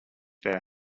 their